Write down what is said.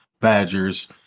Badgers—